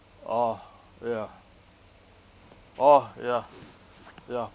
oh ya oh ya ya